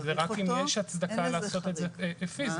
רק אם יש הצדקה לעשות את זה פיזית.